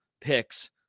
picks